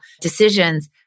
decisions